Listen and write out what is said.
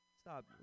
Stop